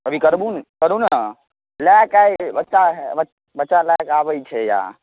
अभी करबू ने करू ने लै कऽ आइ बच्चा हए बच्चा बच्चा लै कऽ आबैत छै